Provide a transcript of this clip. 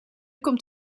komt